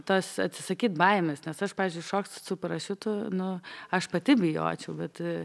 tos atsisakyt baimės nes aš pavyzdžiui šokt su parašiutu nu aš pati bijočiau bet